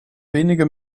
wenige